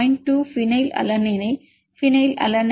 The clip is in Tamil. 2 ஃபீனைல் அலனைன் ஃபீனைல் அலனைன் 2